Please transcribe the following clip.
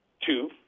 Two